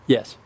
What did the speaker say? Yes